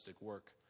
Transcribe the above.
work